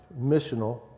missional